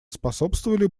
способствовали